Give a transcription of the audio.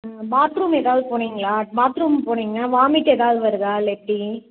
ஆ bathroom ஏதாவது போனிங்களா bathroom போனிங்க வாமிட் ஏதாவது வருதா இல்லை எப்படி